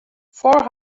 four